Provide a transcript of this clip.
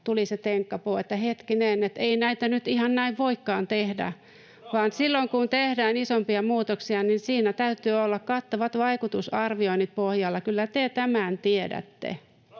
tuli se tenkkapoo, että hetkinen, ei näitä nyt ihan näin voikaan tehdä, vaan silloin, kun tehdään isompia muutoksia, siinä täytyy olla kattavat vaikutusarvioinnit pohjalla. Kyllä te tämän tiedätte.